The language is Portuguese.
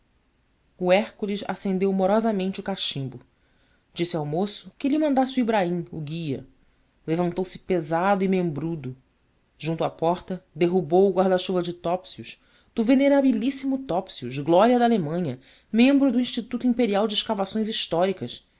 o hércules acendeu morosamente o cachimbo disse ao moço que lhe mandasse o ibraim o guia levantou-se pesado e membrudo junto à porta derrubou o guarda-chuva de topsius do venerabilíssimo topsius glória da alemanha membro do instituto imperial de escavações históricas